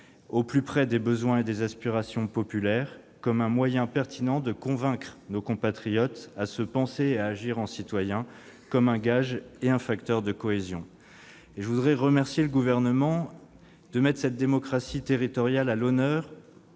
au plus près des besoins et des aspirations populaires, comme un moyen pertinent de convaincre nos compatriotes de se penser et d'agir en citoyens, comme un gage et un facteur de cohésion. Je voudrais remercier le Gouvernement de mettre la démocratie territoriale à l'honneur